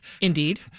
Indeed